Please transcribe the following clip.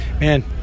Man